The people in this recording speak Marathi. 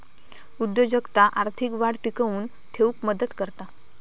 उद्योजकता आर्थिक वाढ टिकवून ठेउक मदत करता